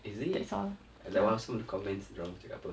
is it like some of the comments dorang cakap apa